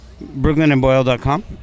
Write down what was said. Brooklynandboyle.com